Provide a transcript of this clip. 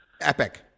Epic